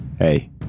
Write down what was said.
Hey